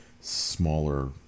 smaller